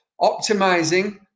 Optimizing